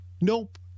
Nope